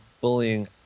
bullying